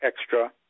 extra